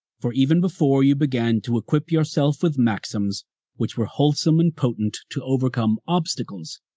for even before you began to equip yourself with maxims which were wholesome and potent to overcome obstacles,